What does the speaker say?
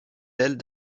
fidèles